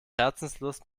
herzenslust